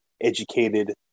educated